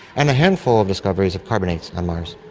and a handful of discoveries of carbonates on mars.